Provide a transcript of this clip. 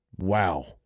Wow